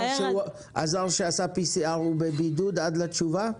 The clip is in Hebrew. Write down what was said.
הזר שעשה PCR הוא בבידוד עד לתשובה?